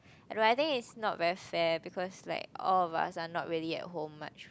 no I think it's not very fair because like all of us are not really at home much